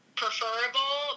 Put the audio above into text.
preferable